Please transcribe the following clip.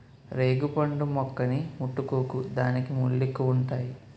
రేగుపండు మొక్కని ముట్టుకోకు దానికి ముల్లెక్కువుంతాయి